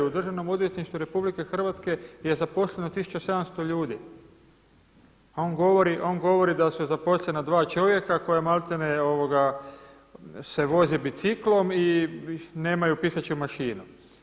U Državnom odvjetništvu Republike Hrvatske je zaposleno tisuću 700 ljudi, a on govori da su zaposlena dva čovjeka koja maltene se voze biciklom i nemaju pisaću mašinu.